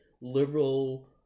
liberal